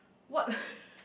what